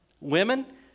Women